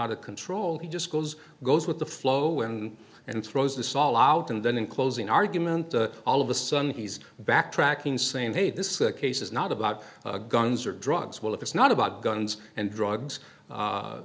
out of control he just goes goes with the flow and and throws this all out and then in closing argument all of a sudden he's backtracking saying hey this case is not about guns or drugs well if it's not about guns and drugs